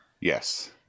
Yes